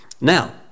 Now